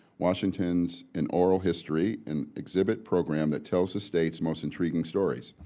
washington's and oral history, and exhibit program that tells the states most intriguing stories.